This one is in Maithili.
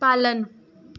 पालन